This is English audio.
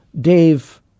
Dave